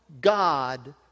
God